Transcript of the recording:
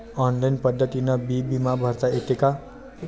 Online पद्धतीनं बी बिमा भरता येते का?